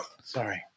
sorry